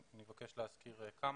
אני מבקש להזכיר כמה.